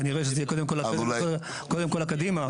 כנראה שזה קודם כל הקדימה.